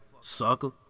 sucker